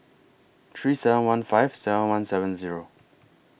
three seven one five seven one seven Zero